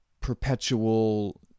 perpetual